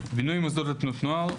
בינוי מוסדות לתנועות נוער.